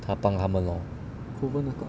她帮他们 lor